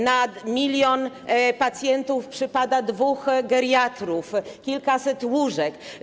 Na 1 mln pacjentów przypada dwóch geriatrów, kilkaset łóżek.